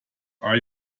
are